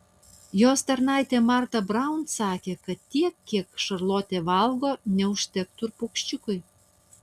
jos tarnaitė marta braun sakė kad tiek kiek šarlotė valgo neužtektų ir paukščiukui